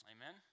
Amen